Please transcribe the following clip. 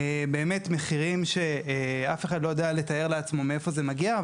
באמת מחירים שאף אחד לא יודע לתאר לעצמו מאיפה זה מגיע,